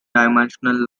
dimensional